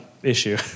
issue